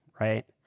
right